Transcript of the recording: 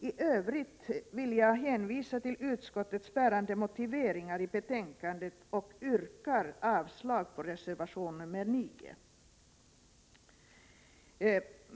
I övrigt vill jag hänvisa till utskottets bärande motiveringar i betänkandet och yrkar avslag på reservation 9.